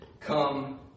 Come